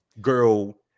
girl